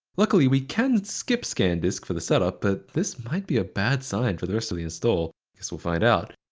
luckily, we can skip scandisk for the setup, but this might be a bad sign for the rest of the install. i guess we'll find out.